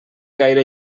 gaire